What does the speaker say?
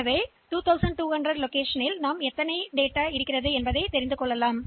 எனவே அந்த இடத்தில் 2 2 0 0 எண்களின் எண்ணிக்கையைப் பெற்றுள்ளோம்